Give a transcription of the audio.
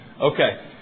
Okay